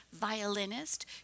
violinist